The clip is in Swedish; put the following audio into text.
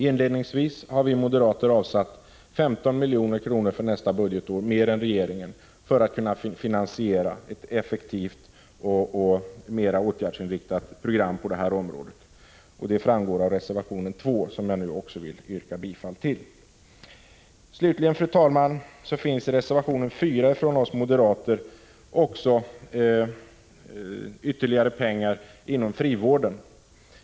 Inledningsvis har vi moderater avsatt 15 milj.kr. mer än regeringen för nästa budgetår för att kunna finansiera ett effektivt och mera åtgärdsinriktat program på detta område. Detta framgår av reservation 2, som jag nu också vill yrka bifall till. Slutligen anvisas i reservation 4 från oss moderater ytterligare pengar inom frivården.